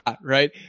right